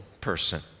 person